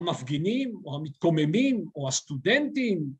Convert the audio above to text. המפגינים או המתקוממים או הסטודנטים